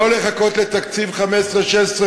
לא לחכות לתקציב 15'-16'